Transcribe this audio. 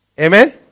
Amen